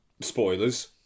Spoilers